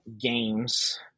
games